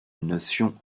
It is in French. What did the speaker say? notion